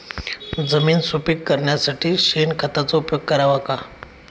जमीन सुपीक करण्यासाठी शेणखताचा उपयोग करावा का?